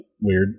weird